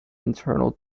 internal